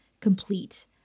Complete